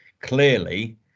clearly